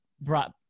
brought